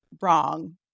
wrong